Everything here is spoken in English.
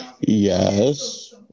yes